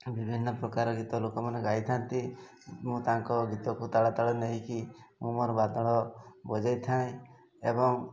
ବିଭିନ୍ନ ପ୍ରକାର ଗୀତ ଲୋକମାନେ ଗାଇଥାନ୍ତି ମୁଁ ତାଙ୍କ ଗୀତକୁ ତାଳ ତାଳ ନେଇକି ମୁଁ ମୋର ବାତଳ ବଜାଇଥାଏ ଏବଂ